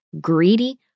greedy